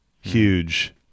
huge